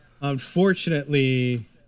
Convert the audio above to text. unfortunately